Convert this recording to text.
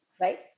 right